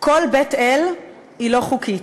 כל בית-אל היא לא חוקית.